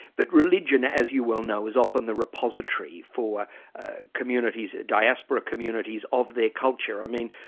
but religion as you well know, is often the repository for communities diaspora communities of their culture. i mean,